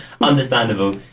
Understandable